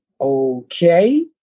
okay